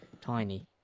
tiny